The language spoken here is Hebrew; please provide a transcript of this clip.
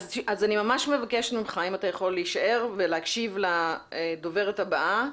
אני ממש מבקשת ממך אם אתה יכול להישאר ולהקשיב לדוברת הבאה,